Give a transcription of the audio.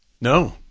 No